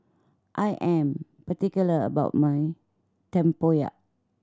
I am particular about my tempoyak